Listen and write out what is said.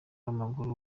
w’amaguru